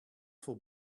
for